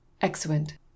Excellent